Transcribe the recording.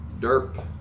derp